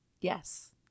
yes